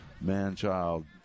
man-child